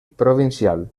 provincial